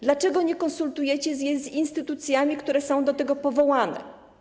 Dlaczego nie konsultujecie jej z instytucjami, które są do tego powołane?